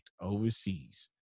overseas